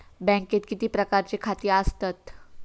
बँकेत किती प्रकारची खाती आसतात?